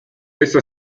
essa